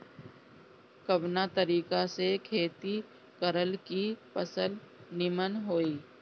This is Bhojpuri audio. कवना तरीका से खेती करल की फसल नीमन होई?